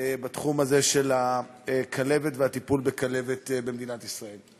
בתחום הזה של הכלבת והטיפול בכלבת במדינת ישראל.